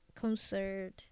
concert